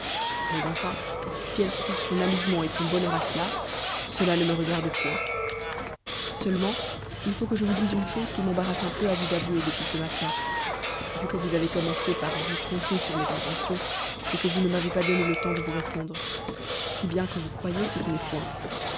mais enfin si elle trouve son amusement et son bonheur à cela cela ne me regarde point seulement il faut que je vous dise une chose qui m'embarrasse un peu à vous avouer depuis ce matin vu que vous avez commencé par vous tromper sur mes intentions et que vous ne m'avez pas donné le temps de vous répondre si bien que vous croyez ce qui n'est point